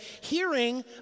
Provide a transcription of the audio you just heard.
hearing